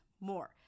more